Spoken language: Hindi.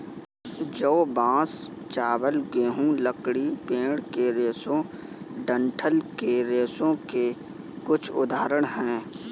जौ, बांस, चावल, गेहूं, लकड़ी, पेड़ के रेशे डंठल के रेशों के कुछ उदाहरण हैं